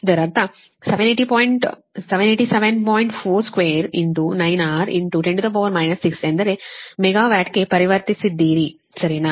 42 9 R 10 6 ಎಂದರೆ ಮೆಗಾವಾಟ್ಗೆ ಪರಿವರ್ತಿಸಿದ್ದೀರಿ ಸರಿನಾ